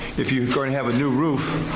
if you're gonna have a new roof,